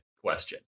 question